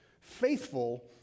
faithful